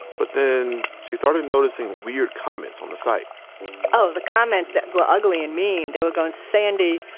but then, she started noticing weird comments on the site oh, the comments, they were ugly and mean. they were going, sandy,